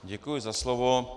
Děkuji za slovo.